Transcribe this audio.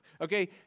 okay